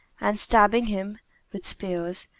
and stabbing him with spears,